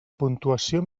puntuació